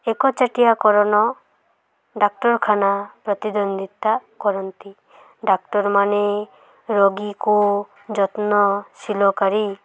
ଏକଚଟିଆ କରଣ ଡାକ୍ତରଖାନା ପ୍ରତିଦ୍ୱନ୍ଦୀତା କରନ୍ତି ଡାକ୍ତରମାନେ ରୋଗୀକୁ ଯତ୍ନଶୀଳକାରୀ